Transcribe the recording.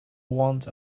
want